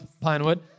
Pinewood